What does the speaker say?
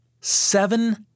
Seven